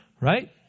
right